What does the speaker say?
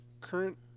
current